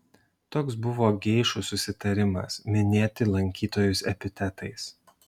toks buvo geišų susitarimas minėti lankytojus epitetais